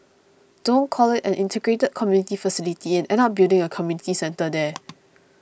don't call it an integrated community facility and end up building a community centre there